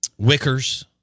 wickers